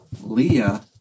Leah